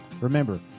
Remember